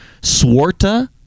Swarta